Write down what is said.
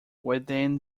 within